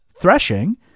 threshing